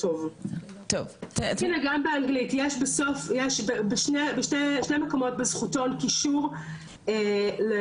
יש בשני מקומות בזכותון קישור לאותו עמוד שבו העובד הזר יכול לראות